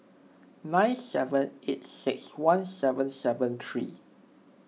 nine seven eight six one seven seven three